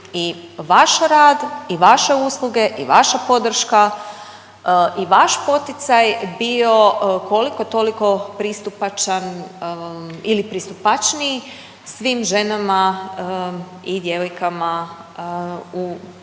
i vaš rad i vaše usluge i vaša podrška i vaš poticaj bio koliko toliko pristupačan ili pristupačniji svim ženama i djevojkama u na